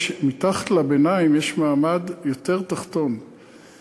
מתחת למעמד הביניים יש מעמד יותר תחתון,